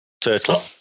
turtle